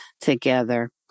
together